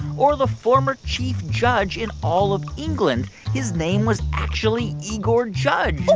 or the former chief judge in all of england his name was actually igor judge oh,